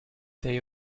they